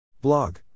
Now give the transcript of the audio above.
Blog